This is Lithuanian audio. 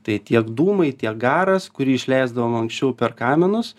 tai tiek dūmai tiek garas kurį išleisdavom anksčiau per kaminus